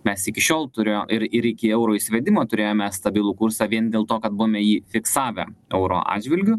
mes iki šiol turėjo ir ir iki euro įsivedimo turėjome stabilų kursą vien dėl to kad buvome jį fiksavę euro atžvilgiu